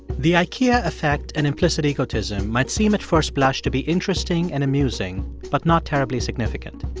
the ikea effect and implicit egotism might seem at first blush to be interesting and amusing but not terribly significant.